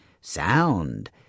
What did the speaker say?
sound